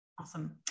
Awesome